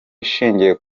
ishingiye